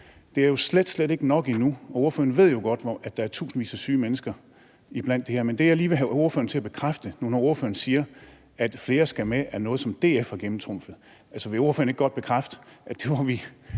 det er jo slet, slet ikke nok endnu, og ordføreren ved jo godt, at der er tusindvis af syge mennesker iblandt dem her. Men jeg vil godt lige have ordføreren til at bekræfte noget, når nu ordføreren siger, at »Flere skal med« er noget, som DF har gennemtrumfet. Vil ordføreren ikke godt bekræfte, at vi var en